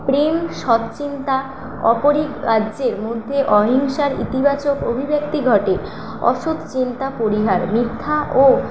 প্রেম সৎ চিন্তা অপরিরাজ্যের মধ্যে অহিংসার ইতিবাচক অভিব্যক্তি ঘটে অসৎ চিন্তা পরিহার মিথ্যা ও